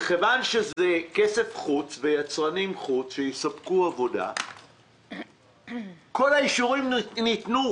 מכיוון שזה כסף חוץ ויצרני חוץ שיספקו עבודה כל האישורים ניתנו,